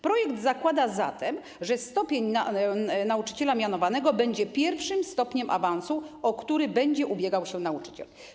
Projekt zakłada zatem, że stopień nauczyciela mianowanego będzie pierwszym stopniem awansu, o który będzie ubiegał się nauczyciel.